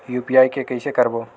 UPI के कइसे करबो?